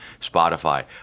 Spotify